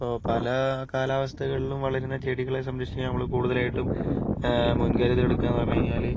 ഇപ്പോൾ പല കാലാവസ്ഥകളിലും വളരുന്ന ചെടികളെ സംരക്ഷിക്കാൻ നമ്മൾ കൂടുതലായിട്ടും മുൻകരുതൽ എടുക്കുക എന്ന് പറഞ്ഞു കഴിഞ്ഞാൽ